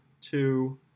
two